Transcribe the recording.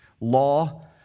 Law